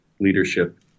leadership